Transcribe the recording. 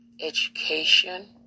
education